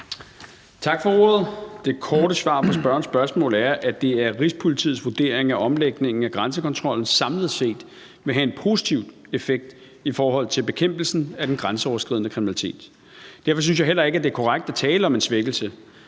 Tak for ordet. Det korte svar på spørgerens spørgsmål er, at det er Rigspolitiets vurdering, at omlægningen af grænsekontrollen samlet set vil have en positiv effekt i forhold til bekæmpelsen af den grænseoverskridende kriminalitet. Derfor synes jeg heller ikke, at det er korrekt at tale om en svækkelse.